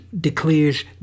declares